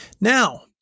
Now